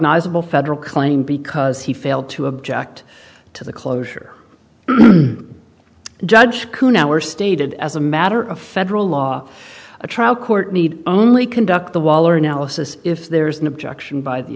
cognizable federal claim because he failed to object to the closure judge who now were stated as a matter of federal law a trial court need only conduct the wall or analysis if there is an objection by the